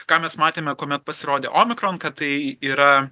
ką mes matėme kuomet pasirodė omikron kad tai yra